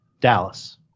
Dallas